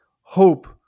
hope